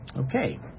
Okay